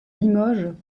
limoges